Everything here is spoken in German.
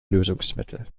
lösungsmittel